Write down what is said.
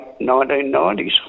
1990s